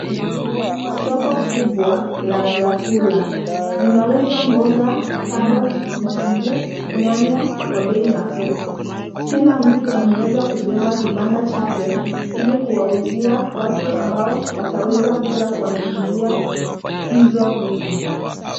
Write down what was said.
Soko kubwa la vyakula. Vinauza mboga, carrot , vitunguu, nyanya kwa bei nafuu. Kila mtu ameweza kujenga kibanda chake ili kuwauzia watu ambao wataweza kuja kuwanunulia hizo vitu.